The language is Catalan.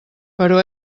però